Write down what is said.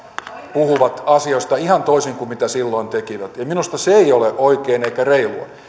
puhuvat asioista ihan toisin kuin mitä silloin tekivät ja ja minusta se ei ole oikein eikä reilua